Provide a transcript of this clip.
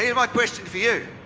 yeah my question for you.